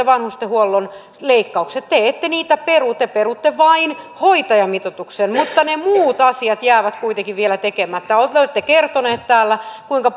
vanhustenhuollon leikkaukset te ette niitä peru te perutte vain hoitajamitoituksen mutta ne muut asiat jäävät kuitenkin vielä tekemättä olette kertoneet täällä kuinka